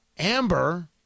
Amber